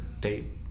date